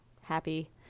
happy